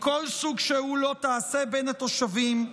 מכל סוג שהוא, בין התושבים,